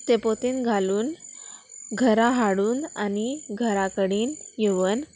तें पोतीन घालून घरा हाडून आनी घरा कडेन येवन